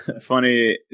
funny